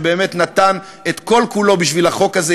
שנתן את כל-כולו בשביל החוק הזה,